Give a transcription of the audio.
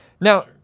Now